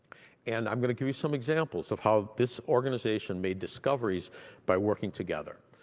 and i'm going to give you some examples of how this organization made discoveries by working together.